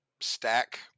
stack